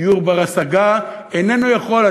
דיור בר-השגה איננו יכול,